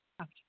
Okay